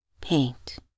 paint